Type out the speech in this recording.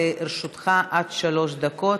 לרשותך עד שלוש דקות.